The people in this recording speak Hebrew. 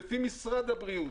לפי משרד הבריאות,